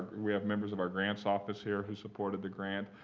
we have members of our grants office here who supported the grant.